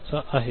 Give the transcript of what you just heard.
ठीक आहे